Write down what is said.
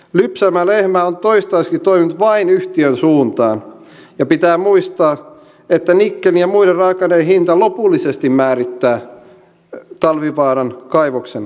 lypsävä lehmä on toistaiseksi toiminut vain yhtiön suuntaan ja pitää muistaa että nikkelin ja muiden raaka aineiden hinta lopullisesti määrittää talvivaaran kaivoksen kohtalon